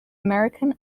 american